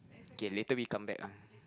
K later we come back ah